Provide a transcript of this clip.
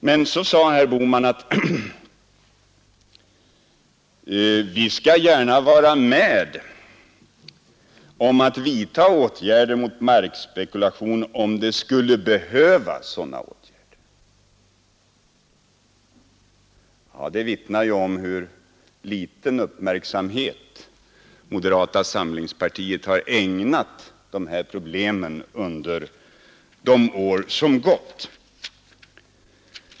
Men så sade herr Bohman: ”Vi skall gärna vara med om att vidta åtgärder mot markspekulation, om det skulle behövas sådana åtgärder.” Det vittnar ju om hur liten uppmärksamhet moderata samlingspartiet har ägnat de här problemen under de år som gått.